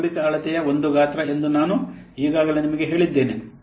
ಆರಂಭಿಕ ಅಳತೆಯ ಒಂದು ಗಾತ್ರ ಎಂದು ನಾನು ಈಗಾಗಲೇ ನಿಮಗೆ ಹೇಳಿದ್ದೇನೆ